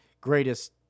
greatest